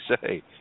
say